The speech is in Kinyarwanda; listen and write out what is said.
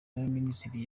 y’abaminisitiri